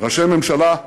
ראשי ממשלה,